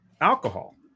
alcohol